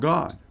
God